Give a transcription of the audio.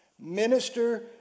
minister